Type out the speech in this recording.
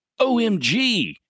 OMG